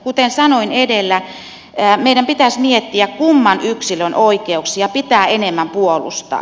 kuten sanoin edellä meidän pitäisi miettiä kumman yksilön oikeuksia pitää enemmän puolustaa